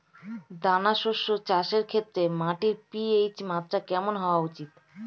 দানা শস্য চাষের ক্ষেত্রে মাটির পি.এইচ মাত্রা কেমন হওয়া উচিৎ?